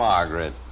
Margaret